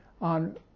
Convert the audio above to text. on